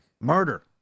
Murder